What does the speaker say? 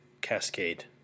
cascade